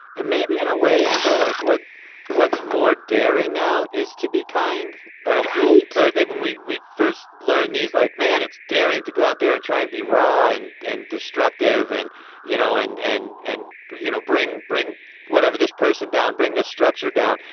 and maybe in a way amber like what what's more daring now is to be kind. that's right. i think when we we first learn these like man it's daring to go out there and try and be raw and and destructive and you know and and and you know bring bring whatever this person down bring this structure down.